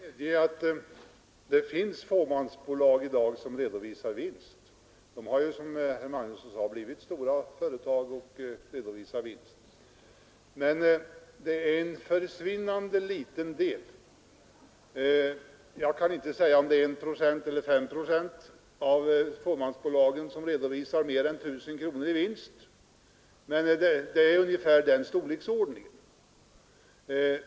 Herr talman! Jag medger att det finns fåmansbolag i dag som redovisar vinst. De har, som herr Magnusson i Borås sade, blivit stora vinstgivande företag. Men det är en försvinnande liten del. Jag kan inte säga om det är en eller fem procent av fåmansbolagen som redovisar mer än 1 000 kronor i vinst, men det rör sig om något sådant.